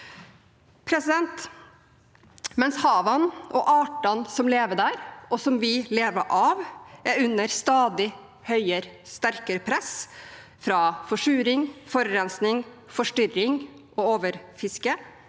Mens havene og artene som lever der, og som vi lever av, er under stadig høyere og sterkere press fra forsuring, forurensning, forstyrring og overfiske